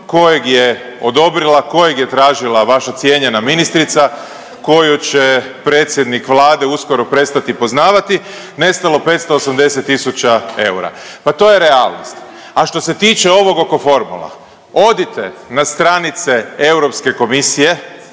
kojeg je odobrila, kojeg je tražila vaša cijenjena ministrica, koju će predsjednik Vlade uskoro prestati poznavati, nestalo 580 tisuća eura, pa to je realnost. A što se tiče ovog oko formula, odite na stranice Europske komisije,